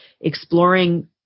exploring